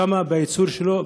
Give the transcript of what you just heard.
בייצור שלו,